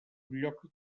lloc